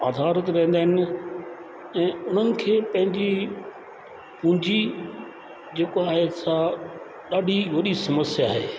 आधारित रहंदा आहिनि ऐं उन्हनि खे पंहिंजी पूंजी जेको आहे सां ॾाढी वॾी समस्या आहे